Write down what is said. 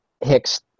Hicks